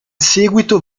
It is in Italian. seguito